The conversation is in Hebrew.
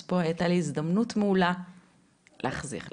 אז פה הייתה לי הזדמנות מעולה להחזיר לך.